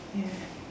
ya